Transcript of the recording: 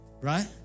Right